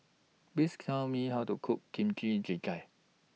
Please Tell Me How to Cook Kimchi Jjigae